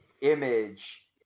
image